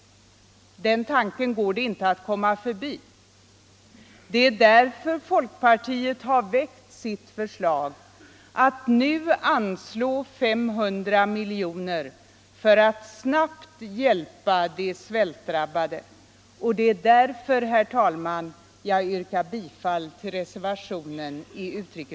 Den tanken går det inte att komma förbi. Det är därför folkpartiet har väckt sitt förslag om att vi nu skall anslå 500 miljoner för att snabbt hjälpa de svältdrabbade, och det är därför, herr talman, jag yrkar bifall till re